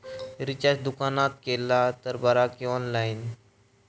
Recharge दुकानात केला तर बरा की ऑनलाइन?